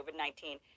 COVID-19